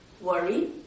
worry